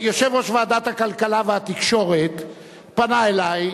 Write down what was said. יושב-ראש ועדת הכלכלה והתקשורת פנה אלי,